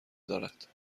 دارد